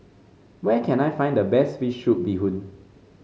where can I find the best fish soup Bee Hoon